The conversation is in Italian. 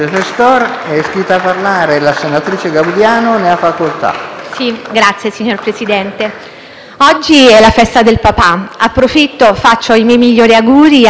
oggi è la festa del papà: approfitto per fare i miei migliori auguri a tutti i papà presenti in Aula